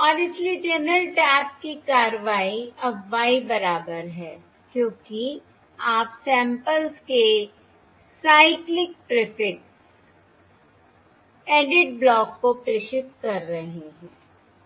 और इसलिए channel tap की कारवाई अब y बराबर है क्योंकि आप सैंपल्स के साइक्लिक प्रीफिक्स एडिड ब्लॉक को प्रेषित कर रहे हैं